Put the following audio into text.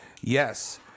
Yes